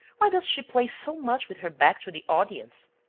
why does she play so much with her back to the audience?